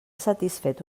satisfet